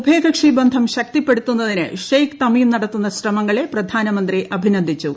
ഉഭയകക്ഷി ബന്ധം ശക്തിപ്പെടുത്തുന്നതിന് ഷെയ്ക് തമീം ്ര നടത്തുന്ന ശ്രമങ്ങളെ പ്രധാനമന്ത്രി അഭിനന്ദിച്ചു